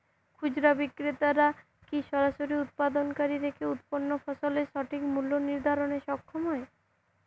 খুচরা বিক্রেতারা কী সরাসরি উৎপাদনকারী থেকে উৎপন্ন ফসলের সঠিক মূল্য নির্ধারণে সক্ষম হয়?